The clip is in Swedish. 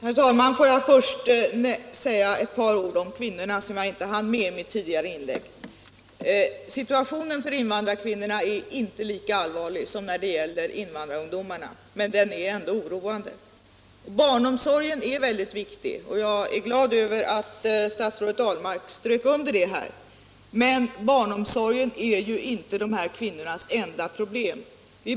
Herr talman! Får jag till att börja med säga ett par ord om kvinnorna, som jag inte hann med i mitt tidigare inlägg. Situationen för invandrarkvinnorna är inte lika allvarlig som när det gäller invandrarungdomarna, men den är ändå oroande. Barnomsorgen är mycket viktig, och jag är glad över att statsrådet Ahlmark understryker det. Men barnomsorgen är inte dessa kvinnors enda problem.